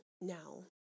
Now